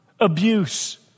abuse